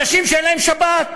אנשים שאין להם שבת.